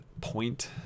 point